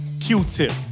Q-Tip